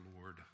Lord